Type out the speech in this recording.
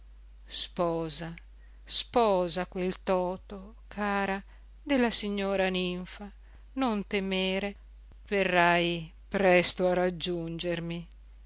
sposa sposa quel toto cara della signora ninfa non temere verrai presto a raggiungermi